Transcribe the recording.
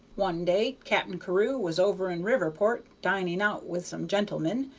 one day cap'n carew was over in riverport dining out with some gentlemen,